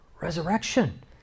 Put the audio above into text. resurrection